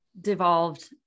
devolved